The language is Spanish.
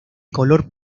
color